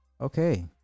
Okay